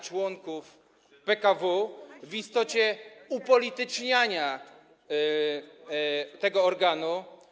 członków PKW, w istocie upolityczniania tego organu.